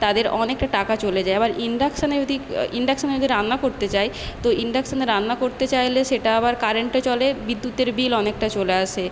তাদের অনেকটা টাকা চলে যায় আবার ইন্ডাকশানে যদি ইন্ডাকশানে যদি রান্না করতে চাই তো ইন্ডাকশানে রান্না করতে চাইলে সেটা আবার কারেন্টে চলে বিদ্যুতের বিল অনেকটা চলে আসে